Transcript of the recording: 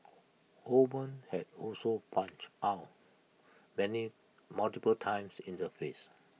Holman had also punched Ow many multiple times in the face